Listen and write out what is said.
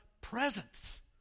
presence